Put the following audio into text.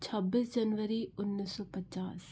छब्बीस जनवरी उन्नीस सौ पचास